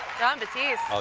jon batiste.